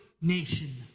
nation